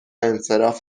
انصراف